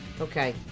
okay